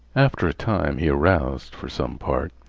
after a time he aroused, for some part,